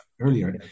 earlier